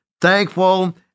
thankful